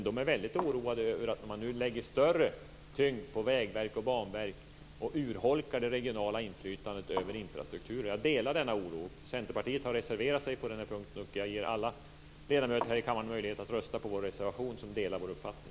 De är väldigt oroade över att man nu lägger större tyngd på vägverk och banverk och urholkar det regionala inflytandet över infrastrukturen. Jag delar denna oro. Centerpartiet har reserverat sig på denna punkt, och jag ger alla ledamöter här i kammaren som delar vår uppfattning möjlighet att rösta på vår reservation.